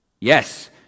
Yes